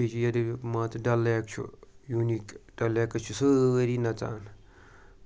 بیٚیہِ چھِ ییٚلہِ مان ژٕ ڈَل لیک چھُ یوٗنیٖک ڈَل لیکَس چھِ سٲری نَژان